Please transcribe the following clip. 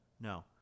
no